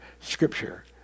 scripture